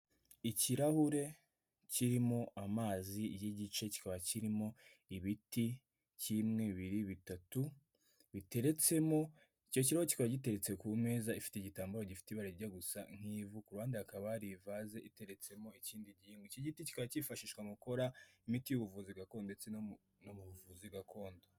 Ikirahure kirimo amazi y'igice, kiba kirimo ibiti kimwe, bibiri, bitatu, biteretsemo, icyo kirahure kikaba giteretse ku meza ifite igitambaro gifite ibara rijya gusa nk'ivu, kandi hakaba hari ivaze iteretsemo ikindi gihingwa, iki giti kikaba kifashishwa mu gukora imiti y'ubuvuzi gakondo ndetse no mu buvuzi gakondo.